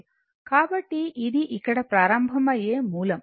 కాబట్టి ఇది ఇక్కడ ప్రారంభమయ్యే మూలం